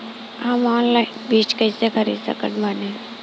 हम ऑनलाइन बीज कइसे खरीद सकत बानी?